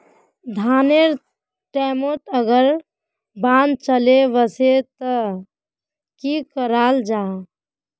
धानेर टैमोत अगर बान चले वसे ते की कराल जहा?